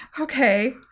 okay